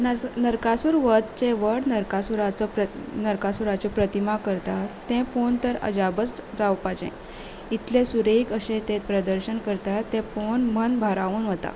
न नरकासूर वधाचें व्हड नरकासुराचो प्रत नरकासुराचे प्रतिमा करता तें पळोवन तर अजापूच जावपाचें इतलें सुरेख अशें तें प्रदर्शन करता तें पळोवन मन भारावन वता